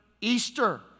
Easter